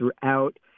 throughout